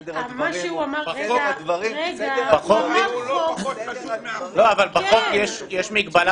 סדר הדברים הוא --- אבל בחוק יש מגבלה